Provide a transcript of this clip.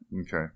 Okay